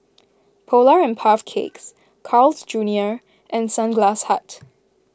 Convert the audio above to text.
Polar and Puff Cakes Carl's Junior and Sunglass Hut